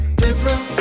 different